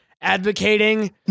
advocating